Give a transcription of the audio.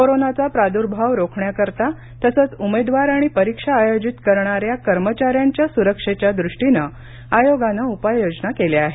कोरोनाचा प्राद्भाव रोखण्याकरता तसंच उमेदवार आणि परीक्षा आयोजित करणाऱ्या कर्मचाऱ्यांच्या सुरक्षेच्या दृष्टीनं आयोगानं उपाययोजना केल्या आहेत